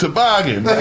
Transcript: Toboggan